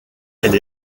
elle